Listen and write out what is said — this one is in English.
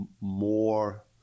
more